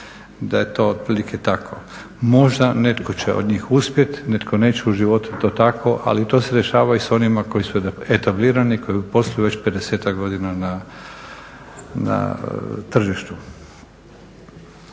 da je to otprilike tako. Možda netko će od njih uspjeti, netko neće u životu je to tako ali to se dešava i sa onima koji su etablirani, koji posluju već 50-ak godina na tržištu.